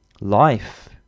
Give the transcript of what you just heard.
life